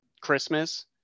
Christmas